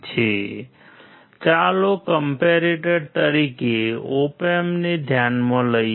તો ચાલો કમ્પૅરેટર તરીકે ઓપ એમ્પને ધ્યાનમાં લઈએ